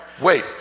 Wait